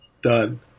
Done